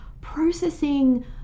Processing